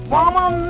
Woman